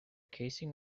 casing